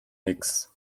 nix